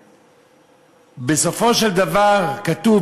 בסופו של דבר כתוב,